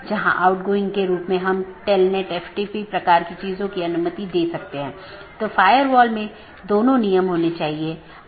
तो AS1 में विन्यास के लिए बाहरी 1 या 2 प्रकार की चीजें और दो बाहरी साथी हो सकते हैं